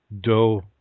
Doe